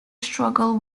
struggle